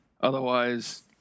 Otherwise